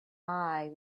eye